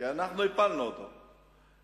כי אנחנו הפלנו את זה.